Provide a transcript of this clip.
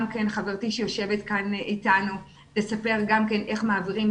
חברתי שיושבת כאן איתנו תספר גם כן איך מעבירים